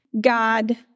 God